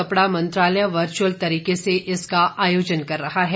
कपड़ा मंत्रालय वर्चुअल तरीके से इसका आयोजन कर रहा है